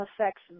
affects